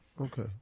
Okay